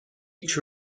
each